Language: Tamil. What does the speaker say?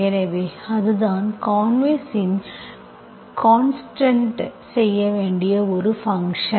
எனவே அதுதான் கான்வெர்ஸின் கான்ஸ்ட்ருக்ட் செய்ய வேண்டிய ஒரு ஃபங்க்ஷன்